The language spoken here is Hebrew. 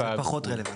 זה פחות רלוונטי.